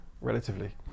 relatively